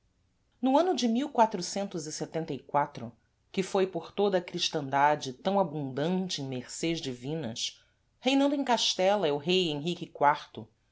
no ano de que foi por toda a cristandade tam abundante em mercês divinas reinando em castela el-rei henrique